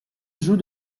joue